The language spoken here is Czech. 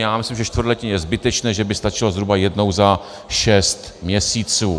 A já myslím, že čtvrtletně je zbytečné, že by stačilo zhruba jednou za šest měsíců.